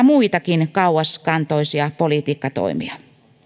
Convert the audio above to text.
muitakin kauaskantoisia politiikkatoimia